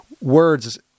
words